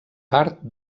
part